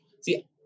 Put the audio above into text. See